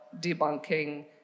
debunking